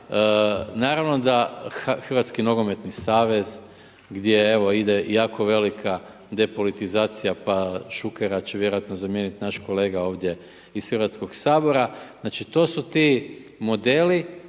naravno da Hrvatski nogometni savez gdje evo ide jako velika depolitizacija, pa Šukera će vjerojatno zamijeniti naš kolega ovdje iz Hrvatskoga sabora. Znači to su ti modeli,